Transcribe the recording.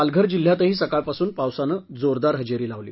पालघर जिल्ह्यातही सकाळपासून पावसानं जोरदार हजेरी लावली